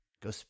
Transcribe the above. go